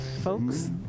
folks